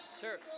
Sure